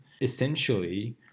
Essentially